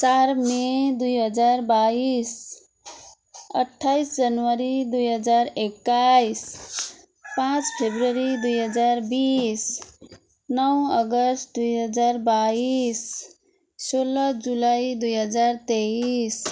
चार मई दुई हजार बाइस अट्ठाइस जनवरी दुई हजार एक्काइस पाँच फेब्रुअरी दुई हजार बिस नौ अगस्त दुई हजार बाइस सोह्र जुलाई दुई हजार तेइस